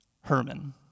Herman